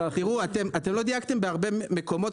אתם לא דייקתם בהרבה מקומות,